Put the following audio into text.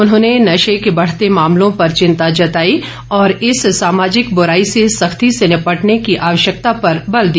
उन्होंने नशे के बढ़ते मामलों पर चिंता जताई और इस सामाजिक बुराई से सख्ती से निपटने की आवश्यकता पर बल दिया